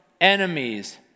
enemies